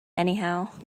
anyhow